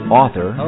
author